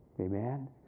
amen